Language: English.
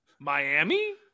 Miami